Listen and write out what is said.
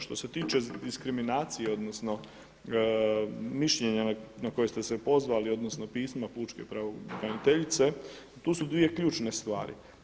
Što se tiče diskriminacije odnosno mišljenja na koje ste se pozvali odnosno pismo Pučke pravobraniteljice, tu su dvije ključne stvari.